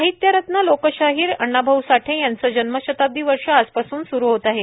साहित्य रत्न लोकशाहीर अण्णाभाऊ साठे यांचं जन्मशताब्दी वर्ष आजपास्न सुरू होत आहे